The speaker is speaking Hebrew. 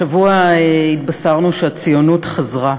השבוע התבשרנו שהציונות חזרה.